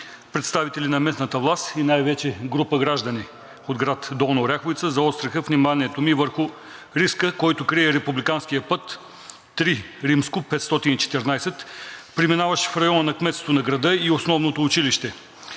представители на местната власт и най-вече група граждани от град Долна Оряховица заостриха вниманието ми върху риска, който крие републиканският път III-514, преминаващ в района на кметството на града и основното училище.